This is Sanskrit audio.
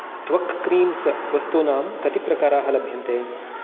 त्वक् क्रीम्स् वस्तूनां कति प्रकाराः लभ्यन्ते